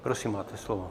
Prosím, máte slovo.